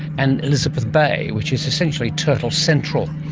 and elizabeth bay which is essentially turtle central.